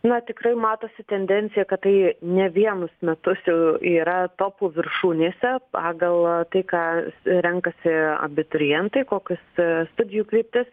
na tikrai matosi tendencija kad tai ne vienus metus jau yra topų viršūnėse pagal tai ką renkasi abiturientai kokius studijų kryptis